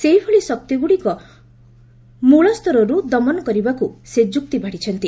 ସେଭଳି ଶକ୍ତିଗୁଡ଼ିକୁ ମୂଳ ସ୍ତରରୁ ଦମନ କରିବାକୁ ସେ ଯୁକ୍ତି ବାଢ଼ିଛନ୍ତି